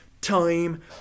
time